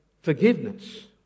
forgiveness